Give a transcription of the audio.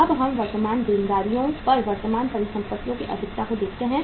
अब हम वर्तमान देनदारियों पर वर्तमान परिसंपत्तियों की अधिकता को देखते हैं